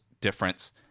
difference